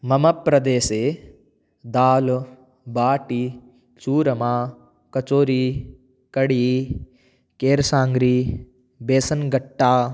मम प्रदेशे दाल बाटी चूरमा कचोरी कडी केरसाङ्ग्री बेसन् गट्टा